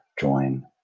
join